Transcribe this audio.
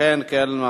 אכן כן.